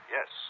Yes